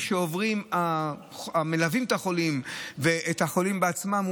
שעוברים המלווים את החולים והחולים עצמם,